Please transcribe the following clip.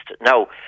Now